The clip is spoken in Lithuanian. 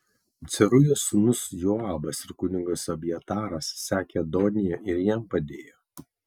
cerujos sūnus joabas ir kunigas abjataras sekė adoniją ir jam padėjo